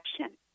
action